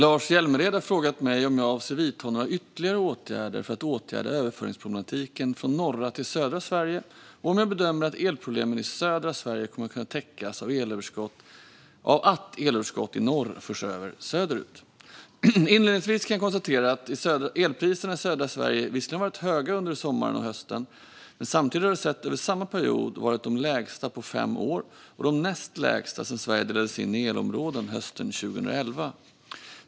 Fru talman! har frågat mig om jag avser att vidta några ytterligare åtgärder för att åtgärda överföringsproblematiken från norra till södra Sverige och om jag bedömer att elproblemen i södra Sverige kommer att kunna täckas av att elöverskott i norr förs över söderut. Inledningsvis kan jag konstatera att elpriserna i södra Sverige visserligen har varit höga under sommaren och hösten men att de samtidigt sett över samma period varit de lägsta på fem år och de näst lägsta sedan Sverige delades in i elområden hösten 2011.